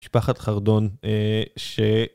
יש פחד חרדון ש...